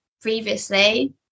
previously